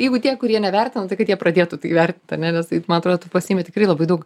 jeigu tie kurie nevertina tai kad jie pradėtų tai vertint ane nes taip man atrodo tu pasiimi tikrai labai daug